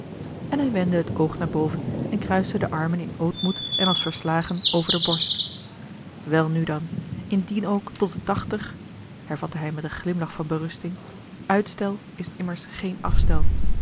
en hij wendde het oog naar boven en kruiste de armen in ootmoed en als verslagen over de borst welnu dan indien ook tot de tachtig hervatte hij met een glimlach van berusting uitstel is immers geen afstel